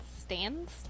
stands